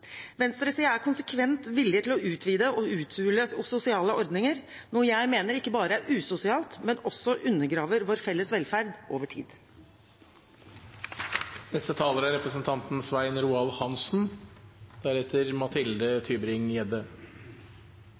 er konsekvent villig til å utvide og uthule sosiale ordninger, noe jeg mener ikke bare er usosialt, men også undergraver vår felles velferd over